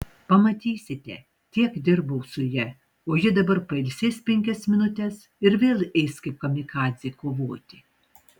pamatysite tiek dirbau su ja o ji dabar pailsės penkias minutes ir vėl eis kaip kamikadzė kovoti